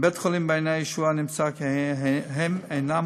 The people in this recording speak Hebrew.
מבית-החולים "מעייני הישועה" נמסר כי הם אינם